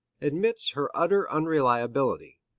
admits her utter unreliability,